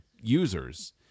users